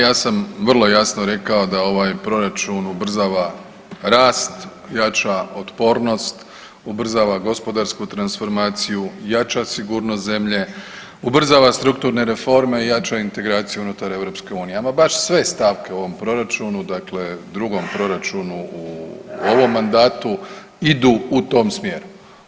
Ja sam vrlo jasno rekao da ovaj proračun ubrzava rast, jača otpornost, ubrzava gospodarsku transformaciju, jača sigurnost zemlje, ubrzava strukturne reforme i jača integraciju unutar EU, ama baš sve stavke u ovom proračunu, dakle drugom proračunu u ovom mandatu idu u tom smjeru.